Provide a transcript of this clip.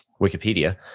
Wikipedia